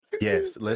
yes